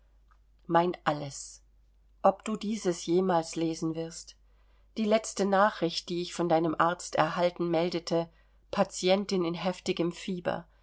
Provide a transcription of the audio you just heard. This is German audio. mein alles ob du dieses jemals lesen wirst die letzte nachricht die ich von deinem arzt erhalten meldete patientin in heftigem fieber